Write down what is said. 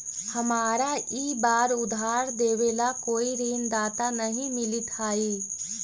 हमारा ई बार उधार देवे ला कोई ऋणदाता नहीं मिलित हाई